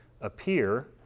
appear